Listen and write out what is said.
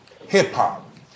hip-hop